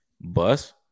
bus